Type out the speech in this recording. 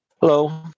Hello